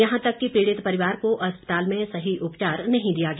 यहां तक कि पीड़ित परिवार को अस्पताल में सही उपचार नहीं दिया गया